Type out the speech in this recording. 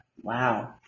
Wow